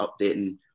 updating